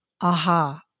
aha